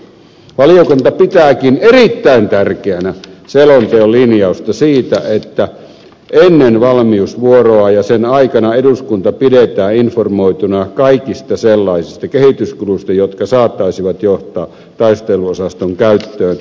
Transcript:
valiokunta pitääkin erittäin tärkeänä selonteon linjausta siitä että ennen valmiusvuoroa ja sen aikana eduskunta pidetään informoituna kaikista sellaisista kehityskuluista jotka saattaisivat johtaa taisteluosaston käyttöön